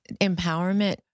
empowerment